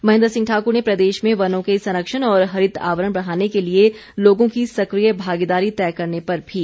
महेन्द्र सिंह ठाकुर ने प्रदेश में वनों के संरक्षण और हरित आवरण बढ़ाने के लिए लोगों की सक्रिय भागीदारी तय करने पर भी बल दिया